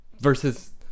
Versus